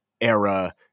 era